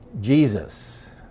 Jesus